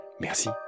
Merci